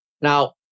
Now